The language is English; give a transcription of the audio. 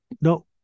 no